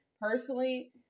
personally